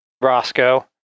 Roscoe